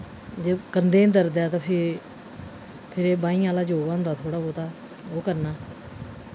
जे कंधे दर्द ऐ ते फ्ही फ्ही एह भाइयें आह्ला योग होंदा थोह्ड़ा बहुता ओह् करना